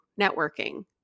networking